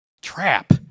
trap